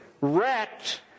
wrecked